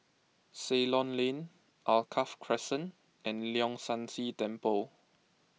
Ceylon Lane Alkaff Crescent and Leong San See Temple